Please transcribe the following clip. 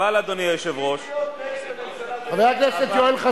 אם להיות נגד הממשלה זה אנרכיסטים,